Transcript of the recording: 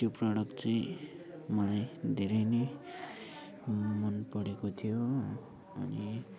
त्यो प्रोडक्ट चाहिँ मलाई धेरै नै मन परेको थियो अनि